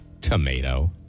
Tomato